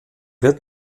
wird